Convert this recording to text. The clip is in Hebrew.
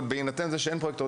אבל בהינתן זה שאין פרויקטור,